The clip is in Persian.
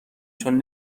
چون